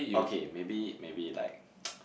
okay maybe maybe like